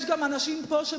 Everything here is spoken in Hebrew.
יש פה גם אנשים שמבינים,